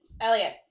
Elliot